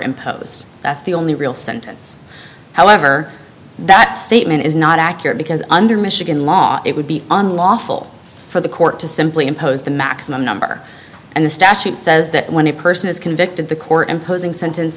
imposed that's the only real sentence however that statement is not accurate because under michigan law it would be unlawful for the court to simply impose the maximum number and the statute says that when a person is convicted the court imposing sentence